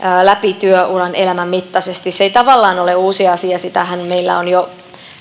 läpi työuran elämänmittaisesti se ei tavallaan ole uusi asia siitähän meillä on jo